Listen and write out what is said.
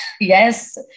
yes